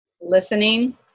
listening